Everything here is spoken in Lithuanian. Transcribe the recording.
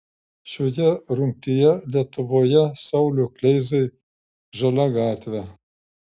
šioje rungtyje lietuvoje sauliui kleizai žalia gatvė